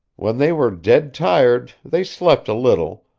when they were dead tired they slept a little,